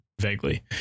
vaguely